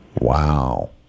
Wow